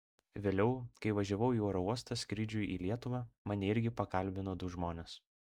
vėliau kai važiavau į oro uostą skrydžiui į lietuvą mane irgi pakalbino du žmonės